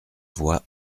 voix